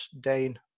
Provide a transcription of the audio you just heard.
Dane